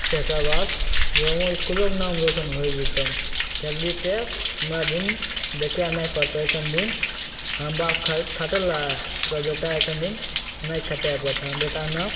तकर बाद गामो इसकुलोके नाम रोशन होइ जएतौ खेलबही तऽ हमरा दिन देखे नहि पड़तौ अइसन दिन ओकर बाद खटलै ओकर बेटा अइसन दिन नहि खटै पड़तै हमर बेटाके नाम